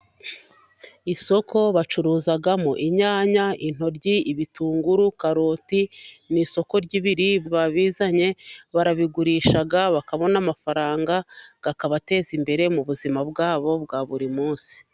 Isoko bacuruzamo inyanya, intoryi, ibitunguru, karoti. Ni isoko ry'ibiribwa. Ababizanye barabigurisha bakabona amafaranga kakabateza imbere mu buzima bwabo bwa buri munsi.